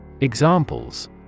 Examples